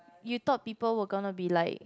you thought people were gonna be like